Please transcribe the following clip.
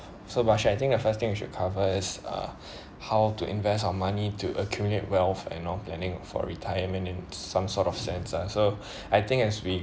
so but should I think the first thing you should cover is uh how to invest our money to accumulate wealth and long planning for retirement in some sort of sense lah so I think as we